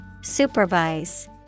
Supervise